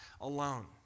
alone